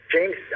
James